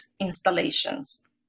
installations